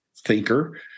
thinker